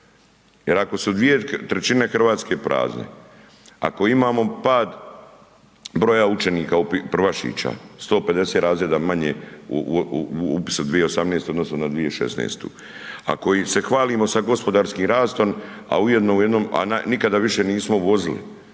Jer ako su dvije trećine Hrvatske prazne, ako imamo pad broja učenika prvašića, 150 razreda manje u upisu 2018. u odnosu na 2016., ako se hvalimo sa gospodarskim rastom a ujedno u jednom, a nikada više nismo uvozili,